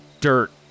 dirt